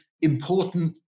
important